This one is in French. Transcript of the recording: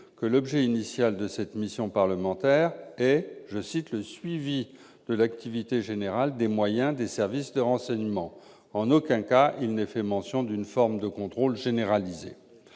l'objet initial de cette délégation parlementaire est « le suivi de l'activité générale des moyens des services de renseignement ». En aucun cas il n'est fait mention d'une forme de contrôle généralisé.